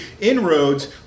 inroads